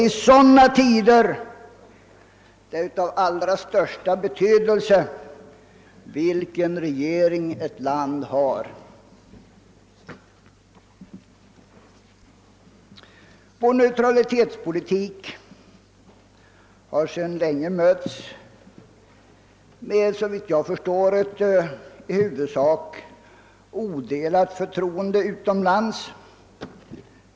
I sådana tider är det av allra största betydelse vilken regering ett land har. Vår neutralitetspolitik har sedan länge mötts med ett såvitt jag förstår i huvudsak odelat förtroende utomlands.